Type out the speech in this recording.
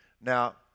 Now